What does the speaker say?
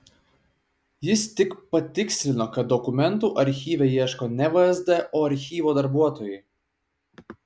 jis tik patikslino kad dokumentų archyve ieško ne vsd o archyvo darbuotojai